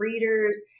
readers